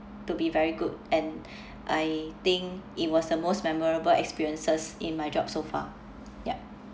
to be very good and I think it was the most memorable experiences in my job so far yup